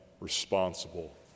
responsible